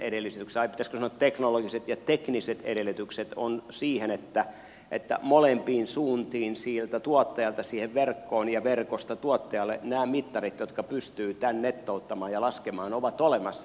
tavallaan on teknologiset ja tekniset edellytykset siihen että molempiin suuntiin sieltä tuottajalta siihen verkkoon ja verkosta tuottajalle nämä mittarit jotka pystyvät tämän nettouttamaan ja laskemaan ovat olemassa